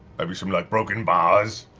maybe some like broken bars?